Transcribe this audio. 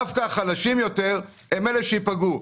דווקא החלשים יותר הם אלה שייפגעו.